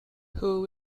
who